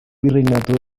virreinato